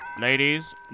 Ladies